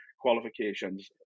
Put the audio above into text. qualifications